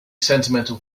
sentimental